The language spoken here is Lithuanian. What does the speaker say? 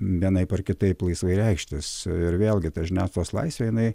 vienaip ar kitaip laisvai reikštis ir vėlgi ta žiniasklaidos laisvė jinai